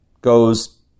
goes